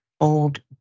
old